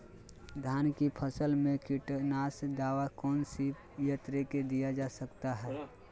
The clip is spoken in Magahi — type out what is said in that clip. धान की फसल में कीटनाशक दवा कौन सी यंत्र से दिया जाता है?